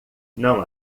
não